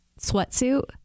sweatsuit